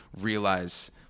realize